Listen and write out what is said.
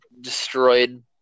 destroyed